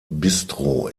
bistro